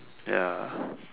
ya